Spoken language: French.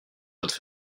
votre